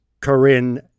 Corinne